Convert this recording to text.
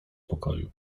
pokoju